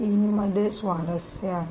3 मध्ये स्वारस्य आहे